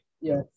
Yes